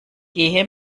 gehe